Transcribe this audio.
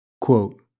Quote